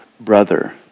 brother